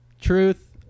Truth